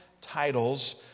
titles